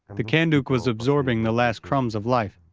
the kanduk was absorbing the last crumbs of life,